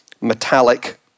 metallic